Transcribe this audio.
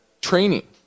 training